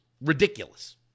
Ridiculous